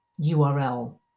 URL